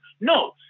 No